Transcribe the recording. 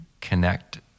connect